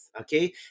Okay